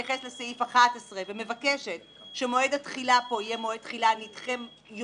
בהתייחס לסעיף 11 ומבקשת שמועד התחילה פה יהיה מועד נדחה יותר